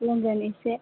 लोंगोन एसे